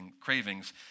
cravings